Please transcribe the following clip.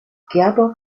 gerber